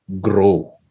grow